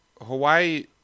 Hawaii